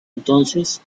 entonces